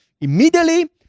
Immediately